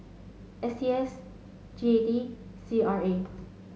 S T S G A D C R A